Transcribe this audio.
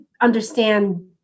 understand